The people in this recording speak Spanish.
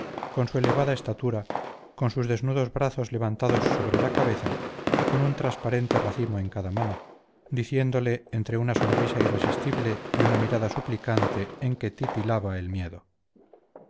con su elevada estatura con sus desnudos brazos levantados sobre la cabeza y con un transparente racimo en cada mano diciéndole entre una sonrisa irresistible y una mirada suplicante en que titilaba el miedo